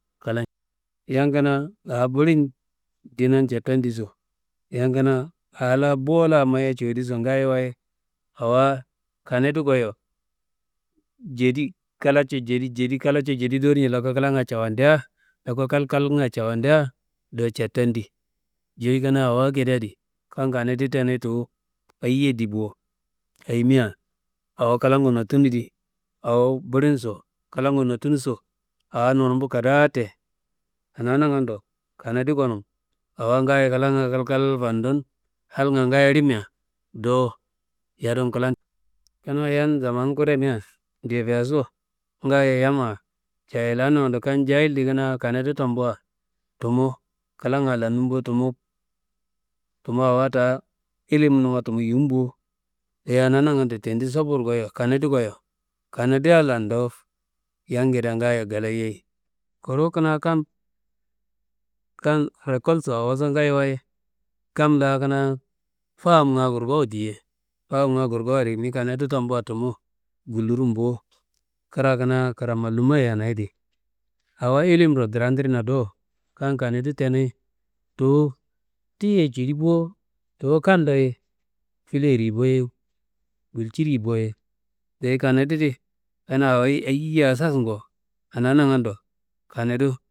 Yan kanaa awo bulin ndinan catandiso, yan kanaa awo bo la mayo codiso ngayowaye, awa kanadu ngoyo jedi, kalaco jedi, jedi kalaco jedi dowo nja loku klanga cafandea, loku kalkalnga cafandea do catandi, jili kanaa awo akedea adi, kan kanadi tenu tuwu ayiye di bo, ayimia awo klangu nottunu di awo bulimso klangu nottunuso, awo nonumbu kadaa te, anaa nangando awa ngaayo klanga kalkallo fandun, halnga ngaayo limia do yadun klan. Kanaa yan zaman kurembea, debeaso ngaayo yamma jahillaá nangando, kam jahil di kanaa kanedu tambua tumu klanga lanņum bo, tumu awa daa ilimnuma yim bo, dayi anaa nangando tendi sabur ngoyo kanadi ngoyo, kanadia lan do yangedea ngaayo ngalayei. Kuru kanaa kam kan rekolso awoso ngayewaye, kam la kanaa faamnga kurngowu diye, faamnga korngowu adi ni kanadi tambua tumu ngulurum bo, kra kanaa kra malummaye anayedi. Awo ilimro dradirna do, kan kanedu tenu tuwu tiyi cili bo̧, tuwu kan do- ye fileyiri bo- ye wulciri bo- ye, dayi kanadidi awo ayiye asasnguwo, anaa nangando kanedu.